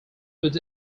would